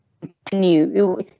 continue